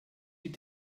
die